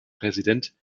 präsident